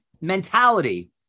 mentality